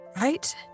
Right